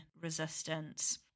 resistance